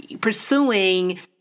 pursuing